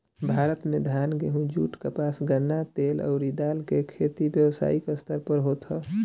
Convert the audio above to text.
भारत में धान, गेंहू, जुट, कपास, गन्ना, तेल अउरी दाल के खेती व्यावसायिक स्तर पे होत ह